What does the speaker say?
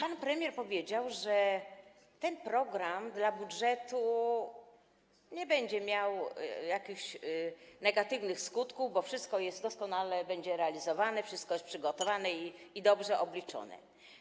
Pan premier powiedział, że ten program dla budżetu nie będzie miał jakichś negatywnych skutków, bo wszystko doskonale będzie realizowane, wszystko jest przygotowane i dobrze obliczone.